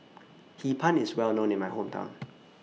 Hee Pan IS Well known in My Hometown